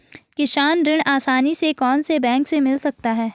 किसान ऋण आसानी से कौनसे बैंक से मिल सकता है?